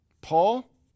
Paul